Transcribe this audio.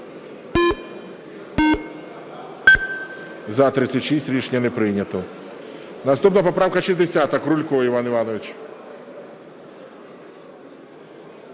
За-36 Рішення не прийнято. Наступна поправка 60-а, Крулько Іван Іванович.